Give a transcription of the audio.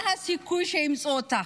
מה הסיכוי שימצאו אותה?